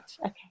okay